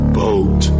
boat